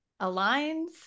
aligns